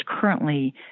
currently